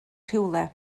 rhywle